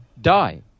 die